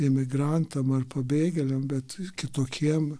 imigrantam ar pabėgėliam bet kitokiem